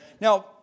Now